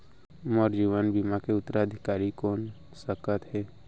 मोर जीवन बीमा के उत्तराधिकारी कोन सकत हे?